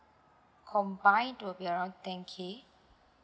combine to be around ten K